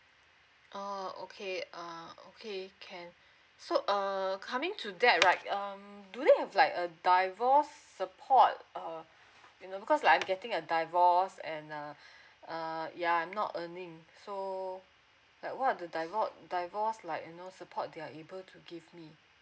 oh okay um okay can so um coming to that right um do they have like a divorce support uh you know because like I'm getting a divorce and uh uh ya I'm not earning so like what are the divorce divorced like you know support that they are able to give me